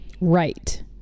Right